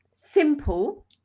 Simple